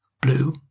blue